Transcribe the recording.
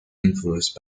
influenced